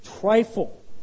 trifle